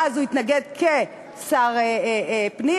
ואז הוא התנגד כשר הפנים.